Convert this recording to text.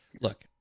look